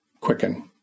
Quicken